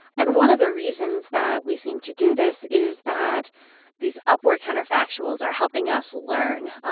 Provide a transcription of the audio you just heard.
and one of the reasons that we seem to do this is that these upward counterfactuals are helping us learn.